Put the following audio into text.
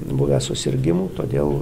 buvę susirgimų todėl